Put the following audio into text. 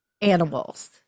animals